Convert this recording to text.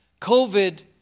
COVID